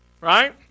Right